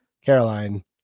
Caroline